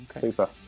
Super